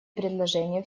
предложения